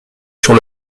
sur